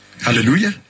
hallelujah